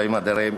אלוהים אדירים,